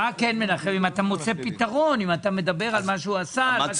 מה מנחם אם אתה מוצא פתרון, מדבר על מה שעשה.